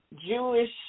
Jewish